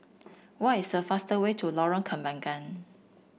what is a fastest way to Lorong Kembagan